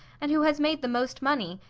and who has made the most money,